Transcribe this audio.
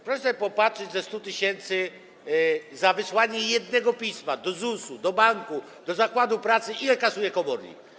Proszę sobie popatrzeć: Ze 100 tys. ile za wysłanie jednego pisma - do ZUS-u, do banku, do zakładu pracy - kasuje komornik?